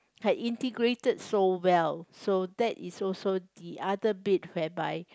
her integrated so well so that is also the other bit whereby